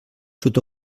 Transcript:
sud